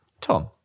Tom